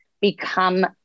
become